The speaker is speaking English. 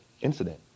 incident